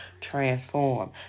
transform